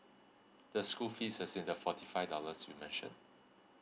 the school fees as in the forty five dollars you mentioned